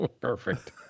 Perfect